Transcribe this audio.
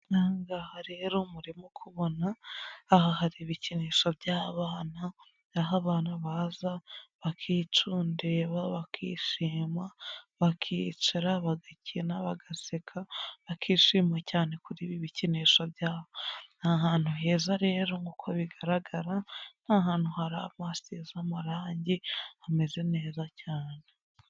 Ahangaha rero murimo kubona, aha hari ibikinisho by'abana, naho abana baza bakicundeba, bakishima, bakicara bagakina, bagaseka, bakishima cyane kuri ibi bikinisho byabo. Ni ahantu heza rero nkuko bigaragara n'ahantu hari amarangi ameze neza cyane.